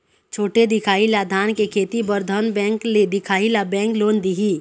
छोटे दिखाही ला धान के खेती बर धन बैंक ले दिखाही ला बैंक लोन दिही?